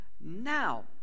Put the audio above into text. now